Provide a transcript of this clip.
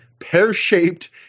Pear-shaped